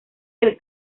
del